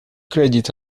credits